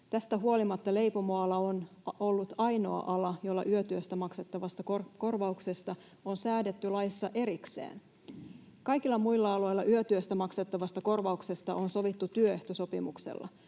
Tästä huolimatta leipomoala on ollut ainoa ala, jolla yötyöstä maksettavasta korvauksesta on säädetty laissa erikseen. Kaikilla muilla aloilla yötyöstä maksettavasta korvauksesta on sovittu työehtosopimuksella.